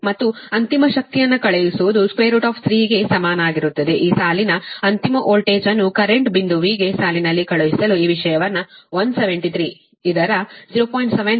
ಮತ್ತು ಅಂತಿಮ ಶಕ್ತಿಯನ್ನು ಕಳುಹಿಸುವುದು 3 ಗೆ ಸಮನಾಗಿರುತ್ತದೆ ಈ ಸಾಲಿನ ಅಂತಿಮ ವೋಲ್ಟೇಜ್ ಅನ್ನು ಕರೆಂಟ್ ಬಿಂದುವಿಗೆ ಸಾಲಿನಲ್ಲಿ ಕಳುಹಿಸಲು ಈ ವಿಷಯವನ್ನು 173 ಇದರ 0